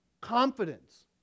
Confidence